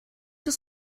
des